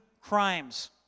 crimes